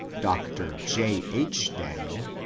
dr. j. h. daniel,